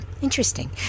interesting